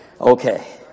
Okay